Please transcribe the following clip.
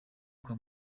kwa